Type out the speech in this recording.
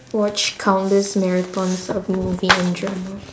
watch countless marathons of movie and drama